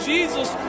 Jesus